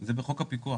זה בחוק הפיקוח,